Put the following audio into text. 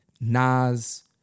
Nas